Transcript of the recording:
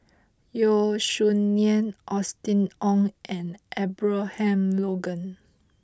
Yeo Song Nian Austen Ong and Abraham Logan